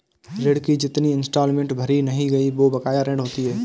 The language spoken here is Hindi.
ऋण की जितनी इंस्टॉलमेंट भरी नहीं गयी वो बकाया ऋण होती है